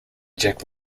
jack